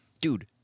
dude